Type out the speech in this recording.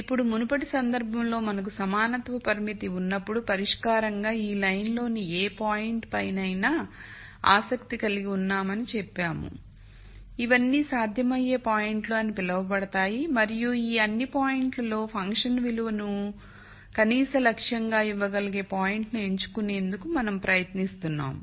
ఇప్పుడు మునుపటి సందర్భంలో మనకు సమానత్వ పరిమితి ఉన్నప్పుడు పరిష్కారంగా ఈ లైన్లోని ఏ పాయింట్పైనైనా ఆసక్తి కలిగి ఉన్నామని చెప్పాము ఇవన్నీ సాధ్యమయ్యే పాయింట్లు అని పిలువబడతాయి మరియు ఈ అన్ని పాయింట్లలో ఫంక్షన్ విలువ ను కనీస లక్ష్యం గా ఇవ్వగలిగే పాయింట్ను ఎంచుకునేందుకు మనం ప్రయత్నిస్తున్నాము